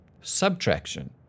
subtraction